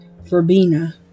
verbena